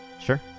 Sure